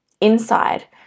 inside